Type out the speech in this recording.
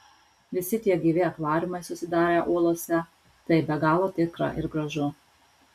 visi tie gyvi akvariumai susidarę uolose tai be galo tikra ir gražu